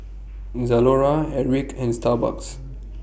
Zalora Airwick and Starbucks